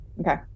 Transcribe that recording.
Okay